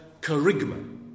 charisma